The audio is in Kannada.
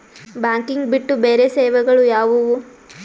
ಬ್ಯಾಂಕಿಂಗ್ ಬಿಟ್ಟು ಬೇರೆ ಸೇವೆಗಳು ಯಾವುವು?